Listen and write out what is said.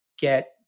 get